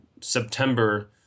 September